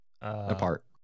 apart